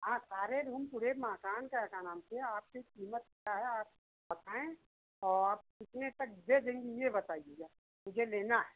हाँ सारे रूम पूरे मकान का नाम से आपके कीमत क्या है आप बताएं और आप कितने तक दे देंगे ये बताईएगा मुझे लेना है